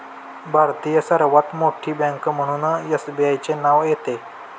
भारतातील सर्वात मोठी बँक म्हणून एसबीआयचे नाव येते